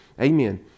Amen